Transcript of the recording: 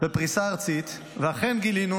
בפריסה ארצית, ואכן גילינו